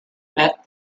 met